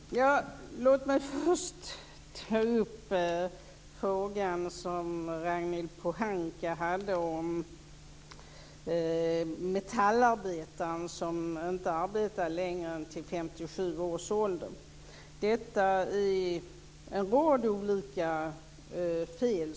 Herr talman! Låt mig först ta upp Ragnhild Pohankas fråga om metallarbetaren som inte arbetar längre än till 57 års ålder. Där finns en rad fel.